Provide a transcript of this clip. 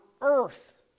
earth